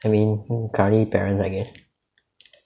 I mean currently parents I guess